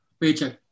Paycheck